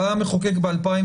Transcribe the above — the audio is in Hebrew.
שאולי הספיקה להגיע לארץ,